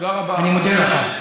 אני מודה לך.